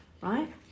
right